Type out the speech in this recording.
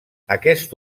aquest